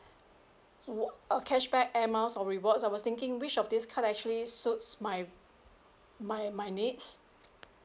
what uh cashback air miles or rewards I was thinking which of these card actually suits my my my needs